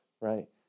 right